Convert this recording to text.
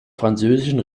französischen